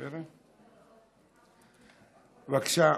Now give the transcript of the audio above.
בבקשה.